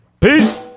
Peace